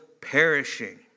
perishing